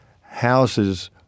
houses